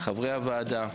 חברי הוועדה.